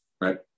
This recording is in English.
right